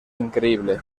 increíble